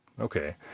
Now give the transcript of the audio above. Okay